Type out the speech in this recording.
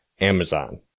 Amazon